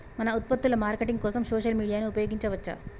మన ఉత్పత్తుల మార్కెటింగ్ కోసం సోషల్ మీడియాను ఉపయోగించవచ్చా?